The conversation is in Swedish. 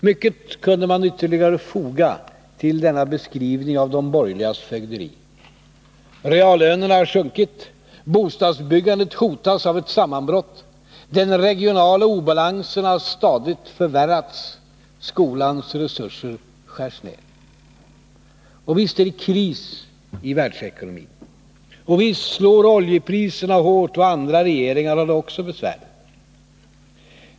Mycket kunde man ytterligare foga till denna beskrivning av de borgerligas fögderi: reallönerna har sjunkit, bostadsbyggandet hotas av ett sammanbrott, den regionala obalansen har stadigt förvärrats, skolans resurser skärs ner. Visst är det kris i världsekonomin. Visst slår oljepriserna hårt, och andra regeringar har det också besvärligt.